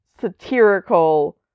satirical